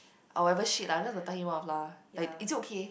or whatever shit lah just to tell him off lah like is it okay